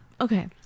Okay